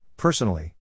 Personally